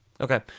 Okay